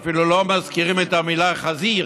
אפילו לא מזכירים את המילה "חזיר",